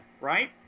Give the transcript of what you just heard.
right